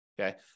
okay